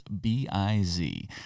B-I-Z